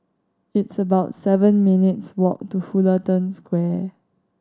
it's about seven minutes' walk to Fullerton Square